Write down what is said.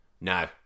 No